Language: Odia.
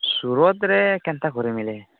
ସୁରତରେ କେନ୍ତା କରିମି ରେ